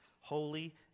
holy